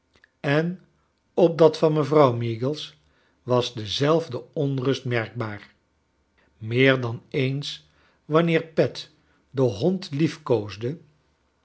en op dat van mevrouw meagles was dezelfde onrust merkbaar meer dan eens wanneer pet den bond